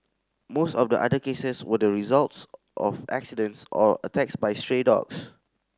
most of the other cases were the results of accidents or attacks by stray dogs